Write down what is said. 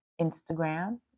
Instagram